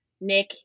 nick